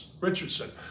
Richardson